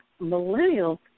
millennials